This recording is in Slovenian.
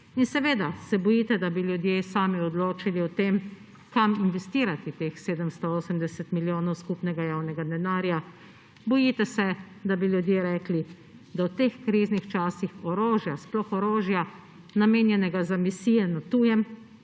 seveda se bojite, da bi ljudje sami odločili o tem, kam investirati teh 780 milijonov skupnega javnega denarja. Bojite se, da bi ljudje rekli, da v teh kriznih časih orožja, sploh orožja, namenjenega za misije na tujem,